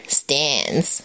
stands